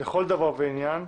לכל דבר ועניין,